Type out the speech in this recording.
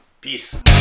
Peace